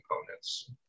components